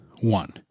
One